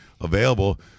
available